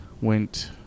went